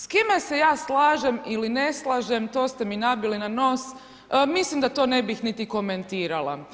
S kime se ja slažem ili ne slažem to ste mi nabili na nos, mislim da to ne bih niti komentirala.